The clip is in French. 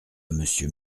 monsieur